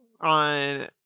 on